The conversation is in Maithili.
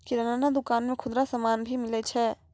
किराना दुकान मे खुदरा समान भी मिलै छै